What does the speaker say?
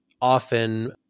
often